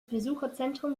besucherzentrum